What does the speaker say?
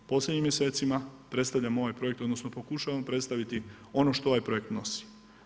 U posljednjim mjesecima predstavljamo ovaj projekt, odnosno pokušavamo predstaviti ono što ovaj projekt nosi.